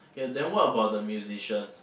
ya then what about the musicians